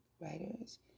writers